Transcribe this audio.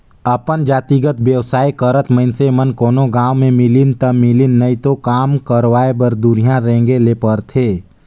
अपन जातिगत बेवसाय करत मइनसे मन कोनो गाँव में मिलिन ता मिलिन नई तो काम करवाय बर दुरिहां रेंगें ले परथे